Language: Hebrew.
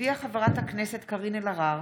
הודיעה חברת הכנסת קארין אלהרר